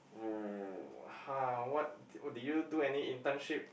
!huh! what d~ did you do any internship